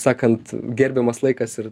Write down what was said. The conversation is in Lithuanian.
sakant gerbiamas laikas ir